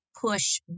push